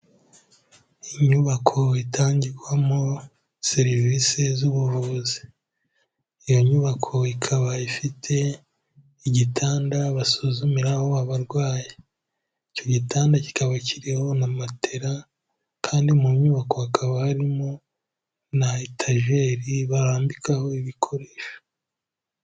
Inyubako itangirwamo service z'ubuvuzi, iyo nyubako ikaba ifite igitanda basuzumiraho abarwayi, icyo gitanda kikaba kiriho na matela kandi mu nyubako hakaba harimo na itajeri barambikaho ibikoresho.